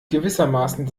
gewissermaßen